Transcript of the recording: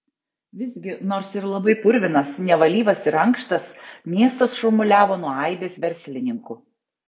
visgi nors ir labai purvinas nevalyvas ir ankštas miestas šurmuliavo nuo aibės verslininkų